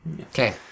Okay